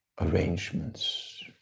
arrangements